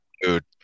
Dude